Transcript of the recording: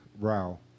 row